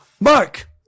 Mark